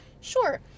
Sure